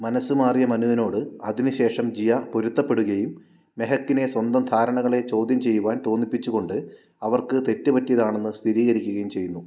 മനസ്സ് മാറിയ മനുവിനോട് അതിനുശേഷം ജിയ പൊരുത്തപ്പെടുകയും മെഹക്കിനെ സ്വന്തം ധാരണകളെ ചോദ്യം ചെയ്യുവാൻ തോന്നിപ്പിച്ചുകൊണ്ട് അവർക്ക് തെറ്റുപറ്റിയതാണെന്ന് സ്ഥിരീകരിക്കുകയും ചെയ്യുന്നു